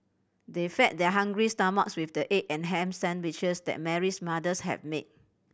they fed their hungry stomachs with the egg and ham sandwiches that Mary's mothers had made